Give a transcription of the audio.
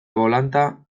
volanta